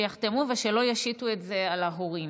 שיחתמו ושלא ישיתו את זה על ההורים,